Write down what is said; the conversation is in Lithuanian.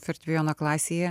fortepijono klasėje